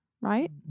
right